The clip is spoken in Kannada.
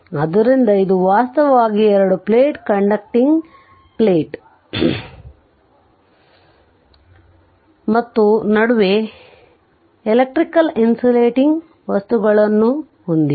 ಆದ್ದರಿಂದ ಇದು ವಾಸ್ತವವಾಗಿ ಎರಡು ಪ್ಲೇಟ್ ಕಂಡಕ್ಟಿಂಗ್ ಪ್ಲೇಟ್ ಮತ್ತು ನಡುವೆ ಡೈಎಲೆಕ್ಟ್ರಿಕ್ ಕಾಲ್ ಇನ್ಸುಲೇಟಿಂಗ್ ವಸ್ತುಗಳನ್ನು ಹೊಂದಿದೆ